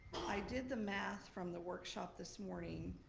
i did the math from the workshop this morning.